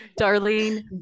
darlene